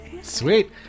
Sweet